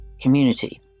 Community